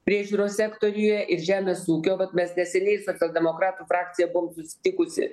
priežiūros sektoriuje ir žemės ūkio vat mes neseniai socialdemokratų frakcija buvom susitikusi